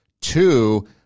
Two